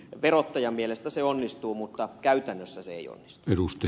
verottajan mielestä se onnistuu mutta käytännössä se ei onnistu